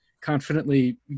confidently